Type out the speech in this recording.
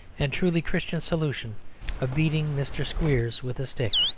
and truly christian solution of beating mr. squeers with a stick.